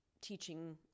teaching